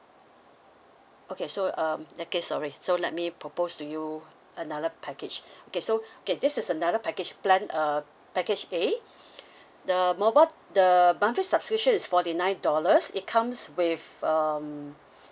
okay so um okay sorry so let me propose to you another package okay so okay this is another package plan uh package A the mobile the monthly subscription is forty nine dollars it comes with um